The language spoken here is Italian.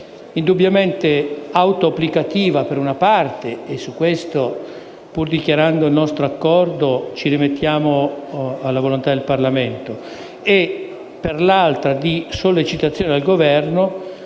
indubbiamente autoapplicativa per una parte su cui, pur dichiarando il nostro parere favorevole, ci rimettiamo alla volontà del Parlamento; per l'altra parte di sollecitazione al Governo,